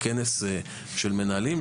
בכנס של מנהלים,